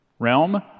Realm